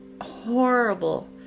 horrible